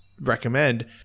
recommend